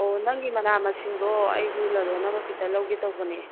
ꯑꯣ ꯅꯪꯒꯤ ꯃꯅꯥ ꯃꯁꯤꯡꯗꯣ ꯑꯩꯁꯨ ꯂꯂꯣꯟꯅꯕ ꯈꯤꯇ ꯂꯧꯒꯦ ꯇꯧꯕꯅꯦ